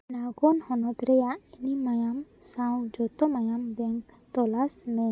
ᱱᱟᱣᱜᱚᱱ ᱦᱚᱱᱚᱛ ᱨᱮᱭᱟᱜ ᱢᱟᱭᱟᱢ ᱥᱟᱶ ᱡᱚᱛᱚ ᱢᱟᱭᱟᱢ ᱵᱮᱝᱠ ᱛᱚᱞᱟᱥ ᱢᱮ